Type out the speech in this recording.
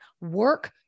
work